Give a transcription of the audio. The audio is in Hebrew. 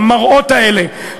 המראות האלה,